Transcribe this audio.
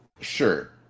sure